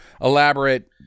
elaborate